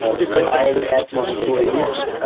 ah just the buy-in he has from his employees.